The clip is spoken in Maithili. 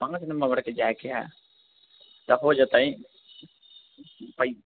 पाँच नवम्बरके जाइके हइ तऽ हो जेतै पै